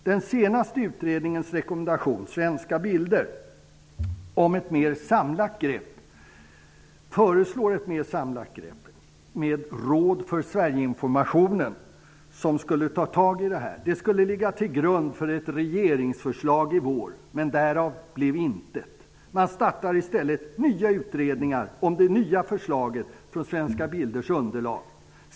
Rekommendationen från den senaste utredningen, Svenska Bilder, om ett mer samlat grepp med ett Råd för Sverigeinformationen, som skulle ta tag i turistfrågorna, skulle ligga till grund för ett regeringsförslag i vår, men därav blev intet. Man startar i stället nya utredningar om det nya förslaget från Svenska Bilders underlag.